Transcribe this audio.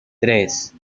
tres